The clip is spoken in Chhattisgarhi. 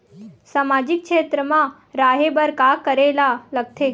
सामाजिक क्षेत्र मा रा हे बार का करे ला लग थे